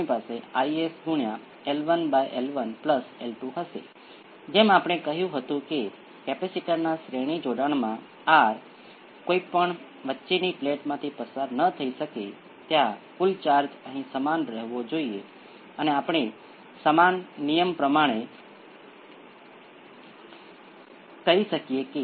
તેથી આપણી પાસે A 1 exponential p 1 t A 2 exponential p 2 t હશે અને p 2 એ p 1 ના જોડાણમા હશે જેનો અર્થ એ પણ થાય છે કે A 2 રીઅલ ઉકેલ માટે A 1ના સંયોજક હોવું જોઈએ